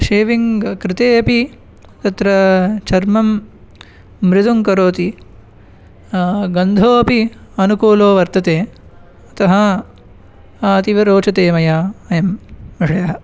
shaving कृते अपि तत्र चर्मं मृदुं करोति गन्धो अपि अनुकूलो वर्तते अतः अतीव रोचते मया अयं विषयः